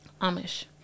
amish